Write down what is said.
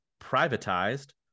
privatized